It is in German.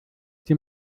sie